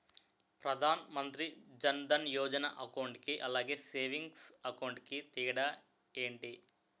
Pradhan Mantri Jan Dhan Yojana account కి అలాగే savings account కి తేడా ఏంటి?